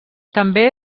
també